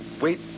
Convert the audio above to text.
wait